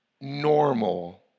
normal